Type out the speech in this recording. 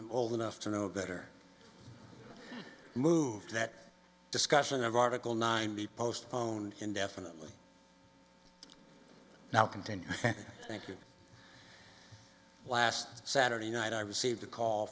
i'm old enough to know that or moved that discussion of article nine be postponed indefinitely now continue thank you last saturday night i received a call